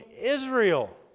Israel